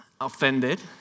offended